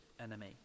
enemy